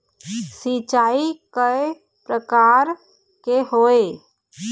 सिचाई कय प्रकार के होये?